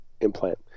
implant